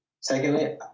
Secondly